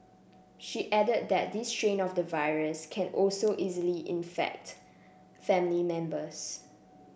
she added that this strain of the virus can also easily infect family members